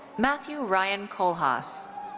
mattehew ryan kohlhaas.